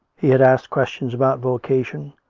he had asked questions about vocation,